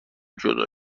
جدا